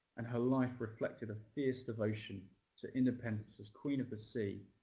and her life reflected a fierce devotion to independence as queen of the sea,